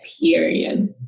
period